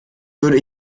würde